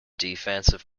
defensive